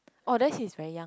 oh then he's very young